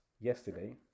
yesterday